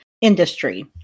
industry